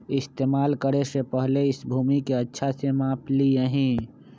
इस्तेमाल करे से पहले इस भूमि के अच्छा से माप ली यहीं